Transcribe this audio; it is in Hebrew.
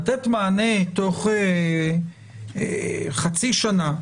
לתת מענה תוך חצי שנה,